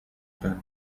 pen